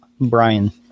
Brian